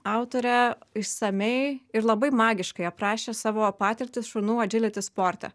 autorė išsamiai ir labai magiškai aprašė savo patirtis šunų adžiliti sporte